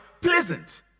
Pleasant